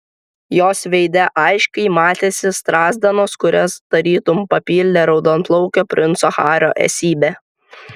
jos veide aiškiai matėsi strazdanos kurios tarytum papildė raudonplaukio princo hario esybę